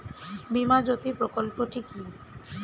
বীমা জ্যোতি প্রকল্পটি কি?